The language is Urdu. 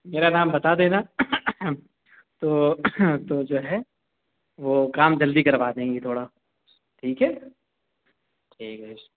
میرا نام بتا دینا تو تو جو ہے وہ کام جلدی کروا دیں گی تھوڑا ٹھیک ہے ٹھیک ہے